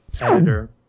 editor